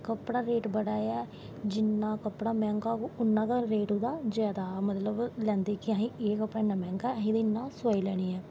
कपड़ा रेट बड़ा ऐ जिन्ना कपड़ा मैह्गा होग उन्ना गै ओह्दा रेट जादा ऐ मतलव कि लैंदे कि असैं एह् कपड़ा इन्नां मैंह्गा ऐ असैं इन्नी सेआई लैनी ऐ